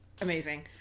amazing